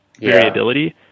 variability